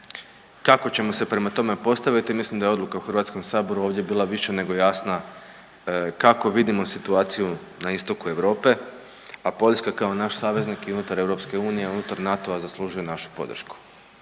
kako ćemo se prema tome postaviti. Mislim da je odluka u HS-u bila više nego jasna kako vidimo situaciju na Istoku Europe, a Poljska kao naš saveznik i unutar EU i unutar NATO-a zaslužuje našu podršku.